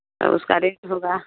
तो उसका रेट होगा